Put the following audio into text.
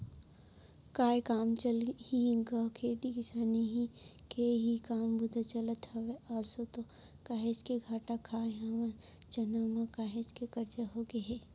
काय काम चलही गा खेती किसानी के ही काम बूता चलत हवय, आसो तो काहेच के घाटा खाय हवन चना म, काहेच के करजा होगे हे